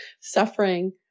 suffering